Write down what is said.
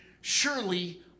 Surely